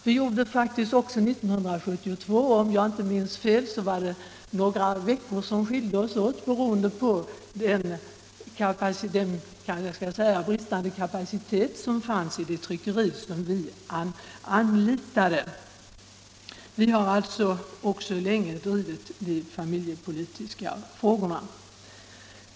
Vi gjorde det faktiskt också 1972, och om jag inte minns fel var det några veckor som skilde oss åt beroende på den bristande kapaciteten i det tryckeri som vi anlitade. Vi har alltså också länge drivit de familjepolitiska frågorna.